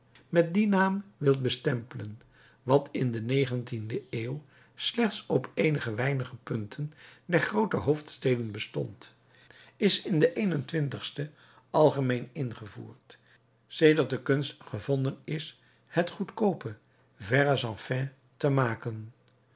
met dien naam wilt bestempelen wat in de negentiende eeuw slechts op eenige weinige punten der groote hoofdsteden bestond is in de eenentwintigste algemeen ingevoerd sedert de kunst gevonden is het goedkoope verre sans fin te maken